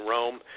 Rome